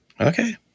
Okay